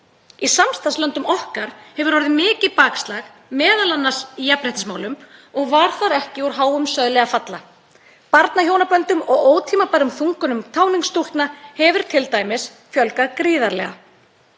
Í samstarfslöndum okkar hefur orðið mikið bakslag, m.a. í jafnréttismálum, og var þar ekki úr háum söðli að falla. Barnahjónaböndum og ótímabærum þungunum táningsstúlkna hefur t.d. fjölgað gríðarlega.